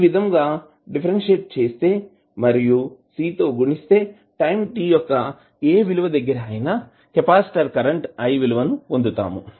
ఈ విధంగా డిఫరెన్షియల్ చేసి మరియు C తో గుణిస్తే టైం t యొక్క ఏ విలువ దగ్గర అయినా కెపాసిటర్ కరెంట్ i విలువని పొందుతాము